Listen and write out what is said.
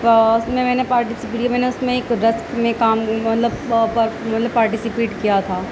اور اس میں میں نے پارٹیسپریہ میں نے اس میں رسک میں کام مطلب مطلب پارٹیسپیٹ کیا تھا